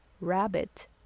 rabbit